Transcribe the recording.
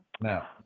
now